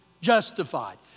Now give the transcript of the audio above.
Justified